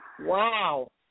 Wow